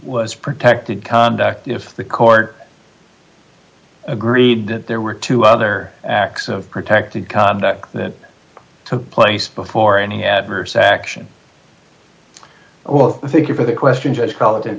was protected conduct if the court agreed that there were two other acts of protected conduct that took place before any adverse action well thank you for the question just call it